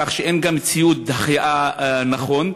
כך שאין גם ציוד החייאה נכון,